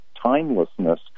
timelessness